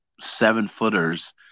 seven-footers